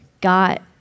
got